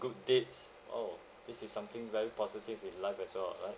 good deeds oh this is something very positive in life as well ah right